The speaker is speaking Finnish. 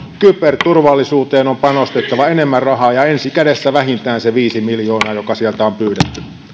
kyberturvallisuuteen on panostettava enemmän rahaa ensi kädessä vähintään se viisi miljoonaa joka sinne on pyydetty